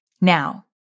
Now